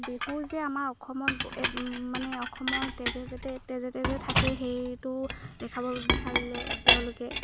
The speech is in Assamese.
বিহু যে আমাৰ অসমৰ মানে অসমৰ তেজে যাতে তেজে তেজে থাকে সেইটো দেখাব বিচাৰিলে তেওঁলোকে